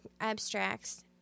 abstracts